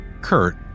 Kurt